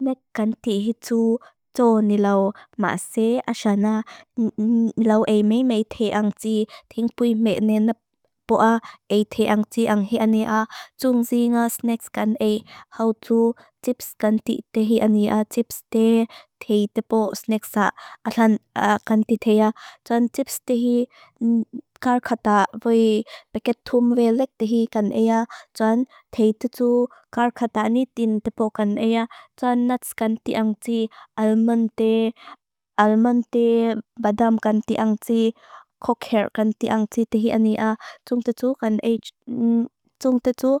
Mek kan tìhi tsu tsu ni lau maa sé a xa na lau ei mei mei tìh ang tìh, tìng pui mea nea na pua ei tìh ang tìh ang hìa nea. Tsung zìnga snex kan ei hau tsu tìps kan tìhti hìa nea. Tìps tìh tei tepo snex a kan tìhti hìa. Tsuan tìps tìhi kar kata pèket thum velek tìhi kan ea. Tsuan tei tìhtu kar kata ni tìhti tepo kan ea. Tsuan nuts kan tìh ang tìh, almond tìh, almond tìh, badam kan tìh ang tìh, cock hair kan tìh ang tìh tìh a nea. Tsung tìhtu